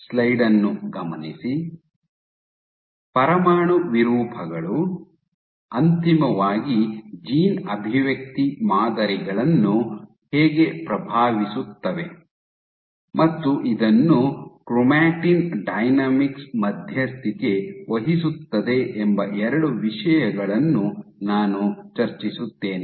ಪರಮಾಣು ವಿರೂಪಗಳು ಅಂತಿಮವಾಗಿ ಜೀನ್ ಅಭಿವ್ಯಕ್ತಿ ಮಾದರಿಗಳನ್ನು ಹೇಗೆ ಪ್ರಭಾವಿಸುತ್ತವೆ ಮತ್ತು ಇದನ್ನು ಕ್ರೊಮಾಟಿನ್ ಡೈನಾಮಿಕ್ಸ್ ಮಧ್ಯಸ್ಥಿಕೆ ವಹಿಸುತ್ತದೆ ಎಂಬ ಎರಡು ವಿಷಯಗಳನ್ನು ನಾನು ಚರ್ಚಿಸುತ್ತೇನೆ